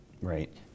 right